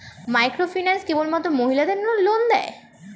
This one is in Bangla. মাইক্রোফিন্যান্স কেবলমাত্র মহিলাদের লোন দেয়?